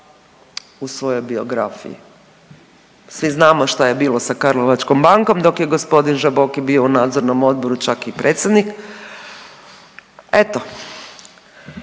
u svojoj biografiji. Svi znamo šta je bilo sa Karlovačkom bankom dok je g. Žamboki bio u Nadzornom odboru čak i predsjednik, eto.